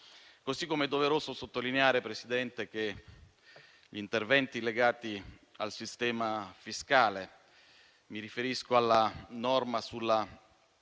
È altresì doveroso sottolineare, Presidente, interventi legati al sistema fiscale: mi riferisco alla norma sulla